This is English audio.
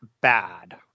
bad